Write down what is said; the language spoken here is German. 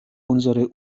unsere